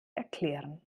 erklären